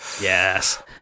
Yes